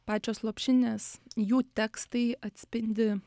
pačios lopšinės jų tekstai atspindi